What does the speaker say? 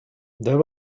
there